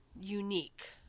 unique